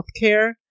healthcare